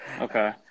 Okay